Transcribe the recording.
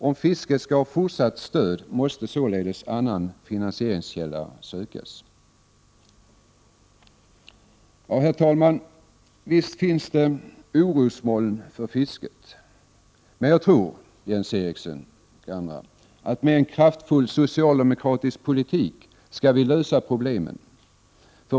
Om fisket skall ha fortsatt stöd måste således en annan finansieringskälla sökas. Herr talman! Visst finns det orosmoln över fisket, men jag tror, Jens Eriksson, att en kraftfull socialdemokratisk politik löser problemen.